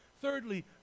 Thirdly